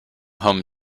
home